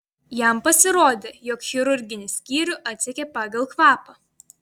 jam pasirodė jog chirurginį skyrių atsekė pagal kvapą